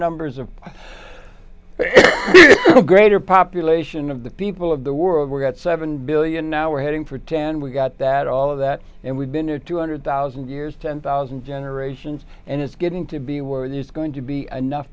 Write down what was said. numbers of the greater population of the people of the world we're at seven billion now we're heading for ten we've got that all of that and we've been here two hundred thousand years ten thousand generations and it's getting to be where it is going to be enough